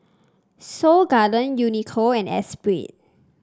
Seoul Garden Uniqlo and Espirit